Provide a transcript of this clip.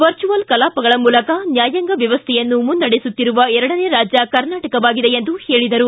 virtual ಕಲಾಪಗಳ ಮೂಲಕ ನ್ಯಾಯಾಂಗ ವ್ಯವಸ್ಥೆಯನ್ನು ಮುನ್ನಡೆಸುತ್ತಿರುವ ಎರಡನೇ ರಾಜ್ಯ ಕರ್ನಾಟಕವಾಗಿದೆ ಎಂದು ಹೇಳಿದರು